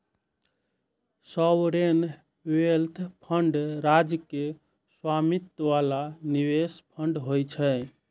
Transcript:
sovereign wealth fund राज्य के स्वामित्व बला निवेश फंड होइ छै